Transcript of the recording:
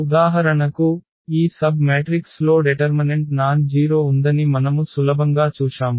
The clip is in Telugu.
ఉదాహరణకు ఈ సబ్ మ్యాట్రిక్స్ లో డెటర్మనెంట్ నాన్ జీరొ ఉందని మనము సులభంగా చూశాము